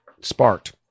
sparked